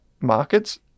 markets